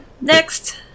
next